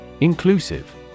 Inclusive